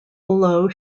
below